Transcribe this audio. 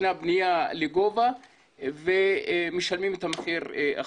בנייה לגובה ואחר כך משלמים את המחיר.